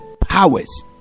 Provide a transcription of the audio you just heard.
powers